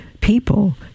people